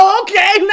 okay